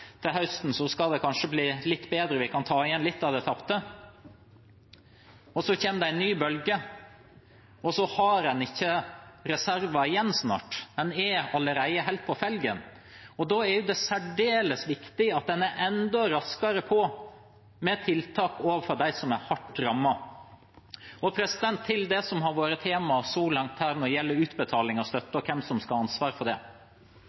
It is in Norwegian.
kanskje blir litt bedre til høsten, at vi kan ta igjen litt av det tapte. Men så kommer det en ny bølge, og så har en snart ikke reserver igjen, en er allerede helt på felgen. Da er det særdeles viktig at en er enda raskere på med tiltak overfor dem som er hardt rammet. Til det som har vært tema så langt når det gjelder utbetaling av støtte og hvem som skal ha ansvaret for det: